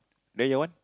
then your what